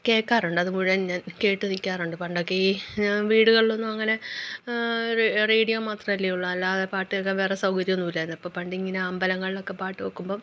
കേൾക്കാറുണ്ട് അതു മുഴുവൻ ഞാൻ കേട്ടു നിൽക്കാറുണ്ട് പണ്ടൊക്കെ ഈ വീടുകളിലൊന്നും അങ്ങനെ റേ റേഡിയോ മാത്രമല്ലെ ഉളളു അല്ലാതെ പാട്ടു കേൾക്കാൻ വേറെ സൗകര്യമൊന്നും ഇല്ലയെന്ന് അപ്പോൾ പണ്ടിങ്ങനെ അമ്പലങ്ങളിലൊക്കെ പാട്ടു വെക്കുമ്പം